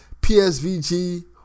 PSVG